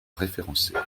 référencés